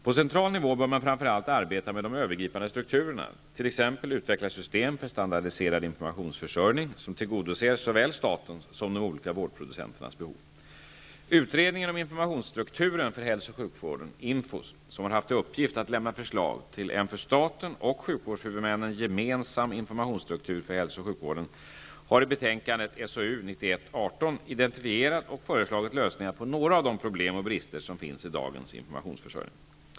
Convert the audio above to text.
På central nivå bör man framför allt arbeta med de övergripande strukturerna, t.ex. att utveckla system för standardiserad informationsförsörjning som tillgodoser såväl statens som de olika vårdproducenternas behov. Utredningen om informationsstrukturen för hälsooch sjukvården, INFHOS -- som har haft till uppgift att lämna förslag till en för staten och sjukvårdshuvudmännen gemensam informationsstruktur för hälso och sjukvården -- har i betänkandet SOU 1991:18 identifierat och föreslagit lösningar på några av de problem och brister som finns i dagens informationsförsörjning.